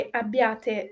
abbiate